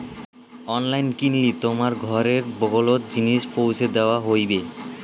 online কিনলি তোমার ঘরের বগলোত জিনিস পৌঁছি দ্যাওয়া হইবে